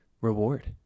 reward